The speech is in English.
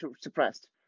suppressed